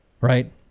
Right